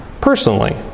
Personally